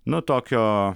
nu tokio